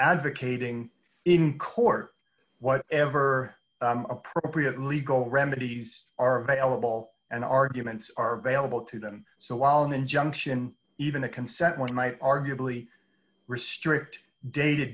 advocating in court what ever appropriate legal remedies are available and arguments are available to them so while an injunction even a consent my arguably restrict day to